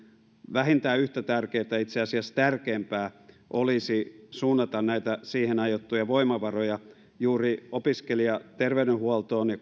vähintään yhtä tärkeätä itse asiassa tärkeämpää olisi suunnata näitä siihen aiottuja voimavaroja juuri opiskelijaterveydenhuoltoon ja